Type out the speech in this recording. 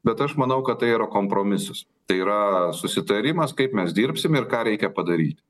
bet aš manau kad tai yra kompromisas tai yra susitarimas kaip mes dirbsim ir ką reikia padaryt